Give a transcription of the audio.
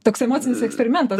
toks emocinis eksperimentas